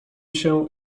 się